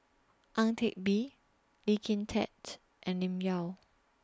Ang Teck Bee Lee Kin Tat and Lim Yau